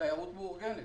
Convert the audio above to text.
התיירות המאורגנת.